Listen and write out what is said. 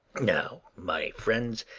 now, my friends,